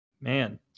Man